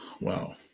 Wow